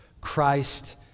Christ